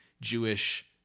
Jewish